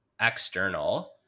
external